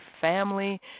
family